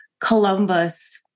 Columbus